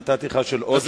נתתי לך עוד שתי דקות.